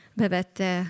bevette